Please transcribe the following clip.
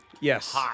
Yes